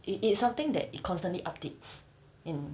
it it's something that it constantly updates in